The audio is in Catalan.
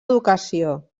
educació